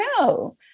no